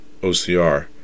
OCR